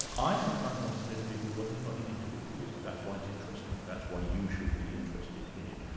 i sometimes want to say to people, well it hasn't got anything to do with you, that's why it's interesting, that's why you should be interested in it'.